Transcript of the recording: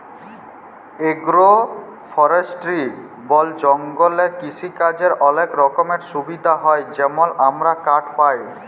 agro forestry বল জঙ্গলে কিসিকাজের অলেক রকমের সুবিধা হ্যয় যেমল আমরা কাঠ পায়